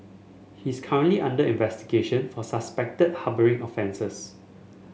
he is currently under investigation for suspected harbouring offences